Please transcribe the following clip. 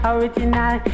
Original